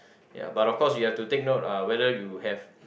ya but of course you have to take note uh whether you have